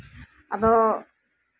ᱟᱫᱚ